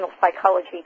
psychology